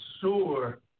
sure